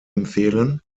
empfehlen